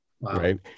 right